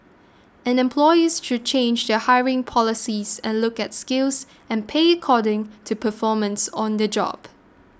and employers should change their hiring policies and look at skills and pay according to performance on the job